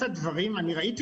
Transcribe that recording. אני יכול להשלים את הדברים?